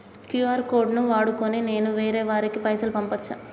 QR code ను వాడుకొని నేను వేరే వారికి పైసలు పంపచ్చా?